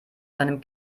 seinem